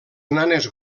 nanes